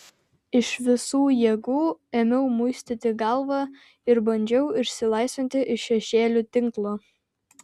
iš visų jėgų ėmiau muistyti galvą ir bandžiau išsilaisvinti iš šešėlių tinklo